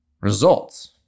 results